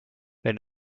wenn